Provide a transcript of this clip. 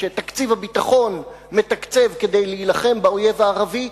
שתקציב הביטחון מתקצב כדי להילחם באויב הערבי,